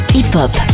Hip-hop